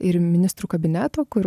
ir ministrų kabineto kur